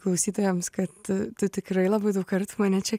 klausytojams kad tu tikrai labai daug kartų mane čia